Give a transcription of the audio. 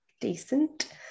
decent